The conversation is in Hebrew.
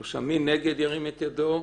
מי נגד, ירים את ידו?